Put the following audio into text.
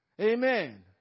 Amen